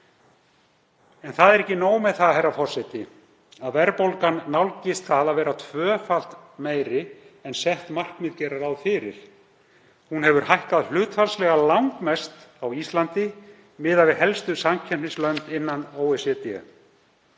lækkandi. Ekki nóg með það, herra forseti, að verðbólgan nálgist það að vera tvöfalt meiri en sett markmið gerir ráð fyrir, hún hefur hækkað hlutfallslega langmest á Íslandi miðað við helstu samkeppnislönd innan OECD.